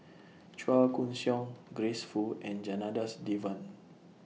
Chua Koon Siong Grace Fu and Janadas Devan